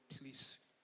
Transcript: please